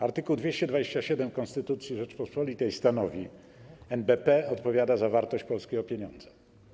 Art. 227 Konstytucji Rzeczypospolitej stanowi: NBP odpowiada za wartość polskiego pieniądza.